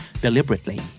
deliberately